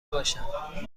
باشم